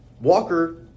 Walker